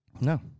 No